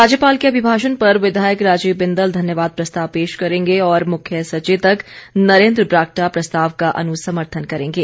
राज्यपाल के अभिभाषण पर विधायक राजीव बिंदल धन्यवाद प्रस्ताव पेश करेंगे और मुख्य सचेतक नरेंद्र बरागटा प्रस्ताव का अनुसमर्थन करेंगे